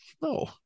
No